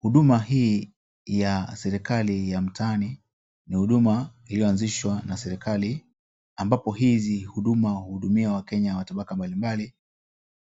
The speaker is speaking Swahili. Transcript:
Huduma hii ya serekali ya mtaani ni huduma ilioanzishwa na serekali, ambapo huduma hizi huhudumia watu wa tabaka mbali mbali,